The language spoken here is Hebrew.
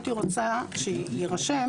הייתי רוצה שיירשם